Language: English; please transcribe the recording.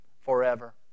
forever